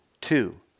Two